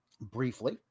briefly